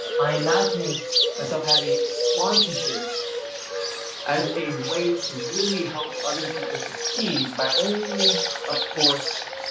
i imagine myself having sponsorships as a way to really help other people succeed. by only, of course,